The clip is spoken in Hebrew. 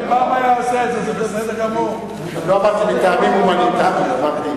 לא אמרתי מטעמים הומניטריים.